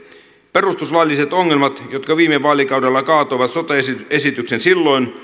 perustuslailliset ongelmat jotka viime vaalikaudella kaatoivat sote esityksen silloin